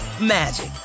magic